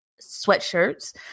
sweatshirts